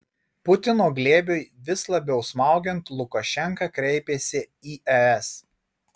putino glėbiui vis labiau smaugiant lukašenka kreipiasi į es